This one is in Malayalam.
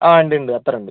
അ ഉണ്ട് ഉണ്ട് അത്തർ ഉണ്ട്